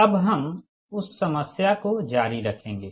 अब हम उस समस्या को जारी रखेंगे